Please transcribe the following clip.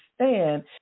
understand